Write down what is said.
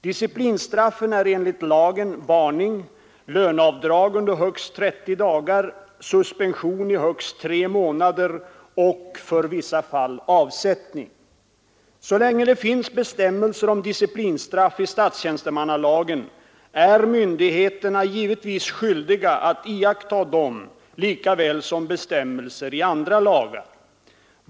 Disciplinstraffen är enligt lagen varning, löneavdrag under högst 30 dagar, suspension i högst tre månader och, för vissa fall, avsättning. Så länge det finns bestämmelser om disciplinstraff i statstjänstemannalagen, är myndigheterna givetvis skyldiga att iaktta dem lika väl som bestämmelser i andra lagar.